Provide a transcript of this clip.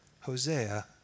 Hosea